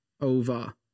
over